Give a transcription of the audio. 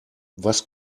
was